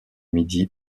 midi